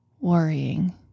worrying